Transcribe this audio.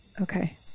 Okay